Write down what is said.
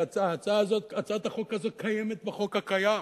שההצעה הזאת, הצעת החוק הזאת, קיימת בחוק הקיים.